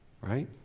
Right